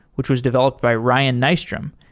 which was developed by ryan nystrom.